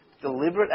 Deliberate